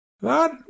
That